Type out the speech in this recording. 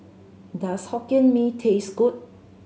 does Hokkien Mee taste good